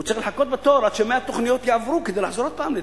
הוא צריך לחכות בתור עד ש-100 תוכניות יעברו כדי לחזור עוד פעם לדיון.